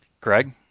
Greg